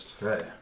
right